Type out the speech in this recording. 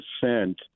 percent